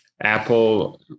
Apple